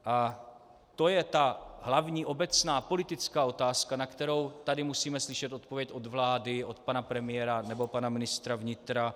A to je ta hlavní obecná politická otázka, na kterou tady musíme slyšet odpověď od vlády, od pana premiéra nebo od pana ministra vnitra.